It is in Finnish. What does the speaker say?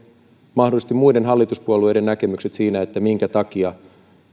mahdollisesti muiden hallituspuolueiden näkemykset siinä minkä takia